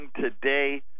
today